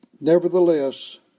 Nevertheless